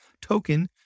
token